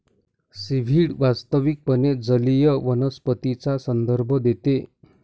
seaweed वास्तविकपणे जलीय वनस्पतींचा संदर्भ देते